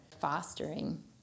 fostering